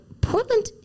Portland